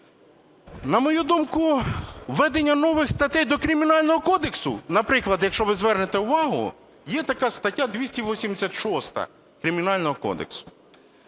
На мою думку, введення нових статей до Кримінального кодексу… Наприклад, якщо ви звернете увагу, є така стаття 286 Кримінального кодексу.